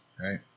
right